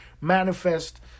manifest